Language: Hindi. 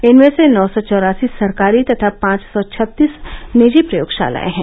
इनमें से नौ सौ चौरासी सरकारी तथा पांच सौ छत्तीस निजी प्रयोगशालाएं हैं